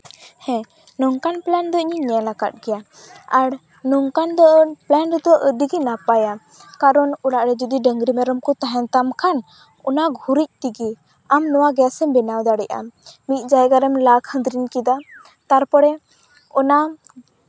ᱦᱮᱸ ᱱᱚᱝᱠᱟᱱ ᱯᱞᱮᱱ ᱫᱚ ᱤᱧᱤᱧ ᱧᱮᱞ ᱟᱠᱟᱫ ᱜᱮᱭᱟ ᱟᱨ ᱱᱚᱝᱠᱟᱱ ᱫᱚ ᱯᱞᱮᱱ ᱨᱮᱫᱚ ᱟᱹᱰᱤ ᱜᱮ ᱱᱟᱯᱟᱭᱟ ᱠᱟᱨᱚᱱ ᱚᱲᱟᱜ ᱨᱮ ᱡᱩᱫᱤ ᱰᱟᱹᱝᱨᱤ ᱢᱮᱨᱚᱢ ᱠᱚ ᱛᱟᱦᱮᱱ ᱛᱟᱢ ᱠᱷᱟᱱ ᱚᱱᱟ ᱜᱩᱨᱤᱡ ᱛᱮᱜᱮ ᱟᱢ ᱱᱚᱣᱟ ᱜᱮᱥᱮᱢ ᱵᱮᱱᱟᱣ ᱫᱟᱲᱮᱭᱟᱜᱼᱟ ᱢᱤᱫ ᱡᱟᱭᱜᱟ ᱨᱮᱢ ᱞᱟ ᱠᱷᱟᱸᱫᱨᱤᱝ ᱠᱮᱫᱟ ᱛᱟᱨᱯᱚᱨᱮ ᱚᱱᱟ